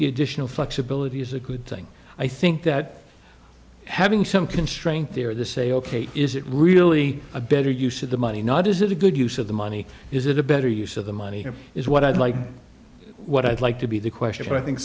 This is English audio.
the additional flexibility is a good thing i think that having some constraint there the say ok is it really a better use of the money not is it a good use of the money is it a better use of the money is what i'd like what i'd like to be the question i think